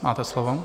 Máte slovo.